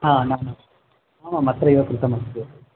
हा नाम आमाम् अत्रैव कृतमस्ति